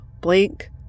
blink